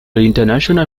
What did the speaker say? international